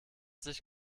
sich